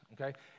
okay